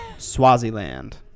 Swaziland